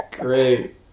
Great